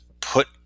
put